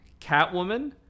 Catwoman